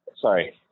Sorry